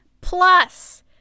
Plus